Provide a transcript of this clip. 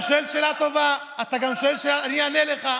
אתה שואל שאלה טובה, אני אענה לך.